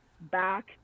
back